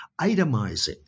itemizing